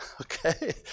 Okay